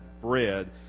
bread